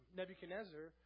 Nebuchadnezzar